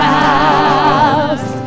house